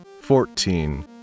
fourteen